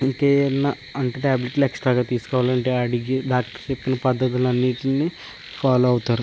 ఇంకా ఏవైనా అంటే ట్యాబ్లెట్లు ఎక్స్ట్రాగా తీసుకోవాలి అంటే అడిగి డాక్టర్ చెప్పిన పద్ధతులు అన్నింటినీ ఫాలో అవుతారు